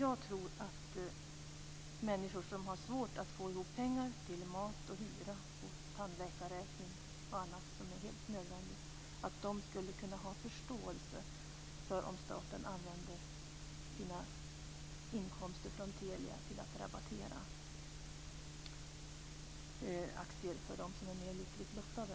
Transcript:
Jag tror inte att människor som har svårt att få ihop pengar till mat, hyra, tandläkarräkning och annat som är helt nödvändigt skulle kunna ha förståelse om staten använde sina inkomster från Telia till att rabattera aktier för dem som är mer lyckligt lottade.